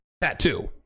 tattoo